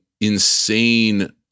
insane